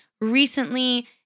recently